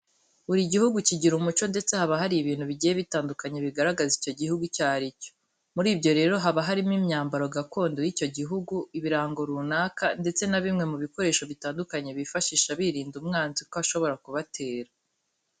Buri gihugu kigira umuco ndetse haba hari ibintu bigiye bitandukanye bigaragaza icyo gihugu icyo ari cyo. Muri byo rero haba harimo imyambaro gakondo y'icyo gihugu, ibirango runaka ndetse na bimwe mu bikoresho bitandukanye bifashisha, birinda umwanzi ko ashobora kubatera.